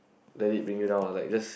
let it bring you down lah like just